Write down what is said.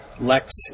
Lex